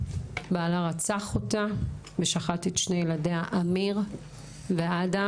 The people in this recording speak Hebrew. שרצח אותה ושחט את שני ילדיה, אמיר ואדם,